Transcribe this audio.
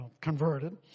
converted